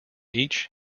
each